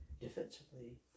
Defensively